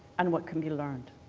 and what can be learned.